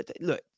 look